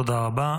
תודה רבה.